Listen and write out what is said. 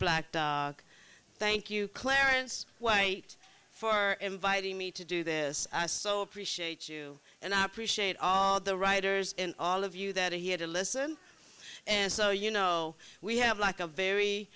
black thank you clarence wait for inviting me to do this i so appreciate you and i appreciate all the writers and all of you that he had to listen and so you know we have like a very